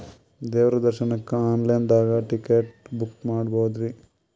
ದೇವ್ರ ದರ್ಶನಕ್ಕ online ದಾಗ ಟಿಕೆಟ ಬುಕ್ಕ ಮಾಡ್ಬೊದ್ರಿ?